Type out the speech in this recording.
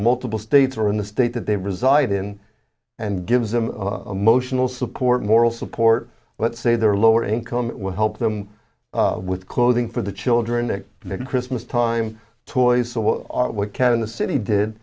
multiple states or in the state that they reside in and gives them a motional support moral support let's say their lower income will help them with clothing for the children and their christmas time toys so what are what can the city did